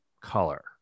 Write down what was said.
color